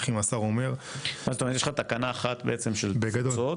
עם השר אומר- -- כלומר יש לך תקנה 1 של תפוצות,